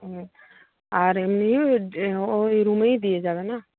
হুম আর এমনিও ওই রুমেই দিয়ে যাবে না